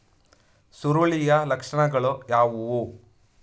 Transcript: ಸುರುಳಿಯ ಲಕ್ಷಣಗಳು ಯಾವುವು?